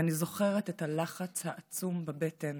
ואני זוכרת את הלחץ העצום בבטן